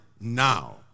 now